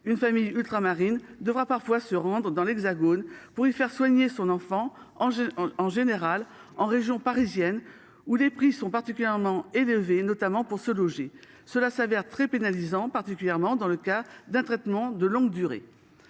une famille ultramarine devra parfois se rendre en France métropolitaine pour y faire soigner son enfant, en général en région parisienne, où les prix sont particulièrement élevés, notamment pour se loger. Cette situation est très pénalisante, particulièrement dans le cas d’un traitement de longue durée